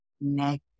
negative